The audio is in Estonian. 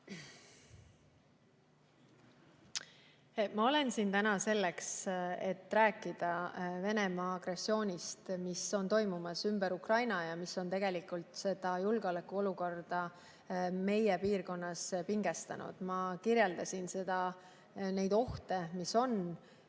Ma olen siin täna selleks, et rääkida Venemaa agressioonist, mis on toimumas ümber Ukraina ja mis on julgeolekuolukorda meie piirkonnas pingestanud. Ma kirjeldasin seda ja neid ohte, mis on.